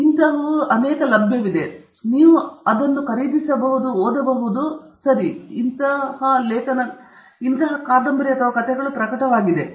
ಇದು ಲಭ್ಯವಿದೆ ನೀವು ಅದನ್ನು ಖರೀದಿಸಬಹುದು ನೀವು ಅದನ್ನು ಓದಬಹುದು ಇದು ಸರಿ ಪ್ರಕಟವಾಗಿದೆ ಆದ್ದರಿಂದ ಇದು ಸಾಹಿತ್ಯವನ್ನು ಪ್ರಕಟಿಸಲಾಗಿದೆ